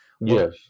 Yes